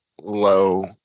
low